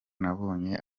nabonye